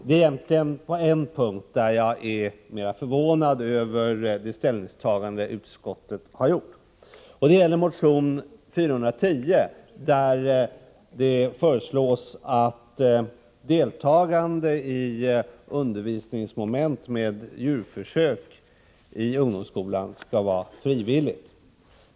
Det är egentligen bara på en punkt som jag är förvånad över utskottets ställningstagande. Det gäller motion 410 där det föreslås att deltagande i undervisningsmoment med djurförsök i ungdomsskolan skall vara frivilligt.